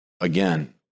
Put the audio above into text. again